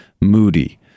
Moody